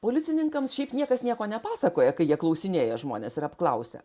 policininkams šiaip niekas nieko nepasakoja kai jie klausinėja žmones ir apklausia